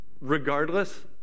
Regardless